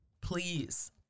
please